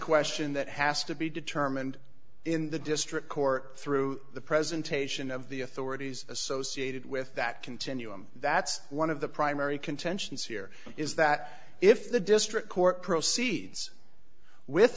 question that has to be determined in the district court through the presentation of the authorities associated with that continuum that's one of the primary contentions here is that if the district court proceeds with